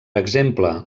exemple